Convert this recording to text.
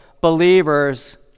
believers